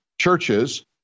churches